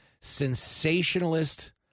Sensationalist